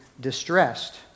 distressed